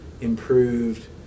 improved